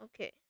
Okay